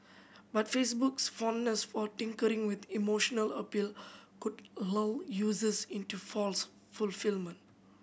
but Facebook's fondness for tinkering with emotional appeal could low users into false fulfilment